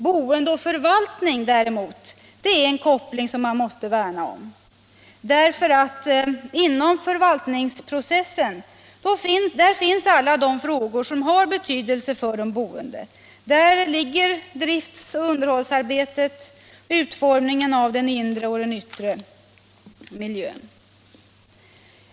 Boende och förvaltning däremot är en koppling som man måste värna om. Inom förvaltningsprocessen finns nämligen alla de frågor som har betydelse för de boende. Där ligger driftsoch underhållsarbetet och utformningen av den inre och den yttre miljön.